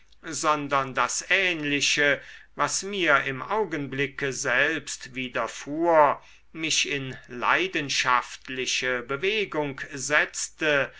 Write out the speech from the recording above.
sondern das ähnliche was mir im augenblicke selbst widerfuhr mich in leidenschaftliche bewegung setzte